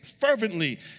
fervently